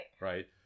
Right